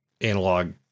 analog